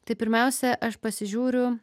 tai pirmiausia aš pasižiūriu